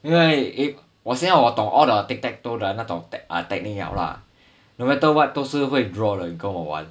因为 if 我现在我懂 all the tic tac toe 的那种 tech~ technique liao lah no matter what 都是会 draw 的如果你跟我玩